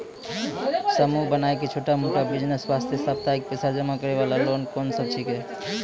समूह बनाय के छोटा मोटा बिज़नेस वास्ते साप्ताहिक पैसा जमा करे वाला लोन कोंन सब छीके?